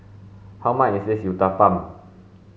how much is Uthapam